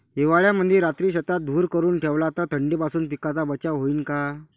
हिवाळ्यामंदी रात्री शेतात धुर करून ठेवला तर थंडीपासून पिकाचा बचाव होईन का?